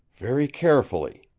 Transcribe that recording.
very carefully.